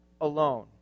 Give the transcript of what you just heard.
alone